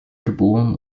geboren